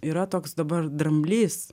yra toks dabar dramblys